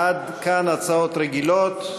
עד כאן הצעות רגילות.